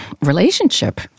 relationship